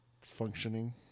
functioning